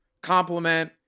compliment